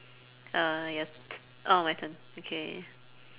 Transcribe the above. uh yes orh my turn okay